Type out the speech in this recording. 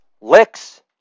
Licks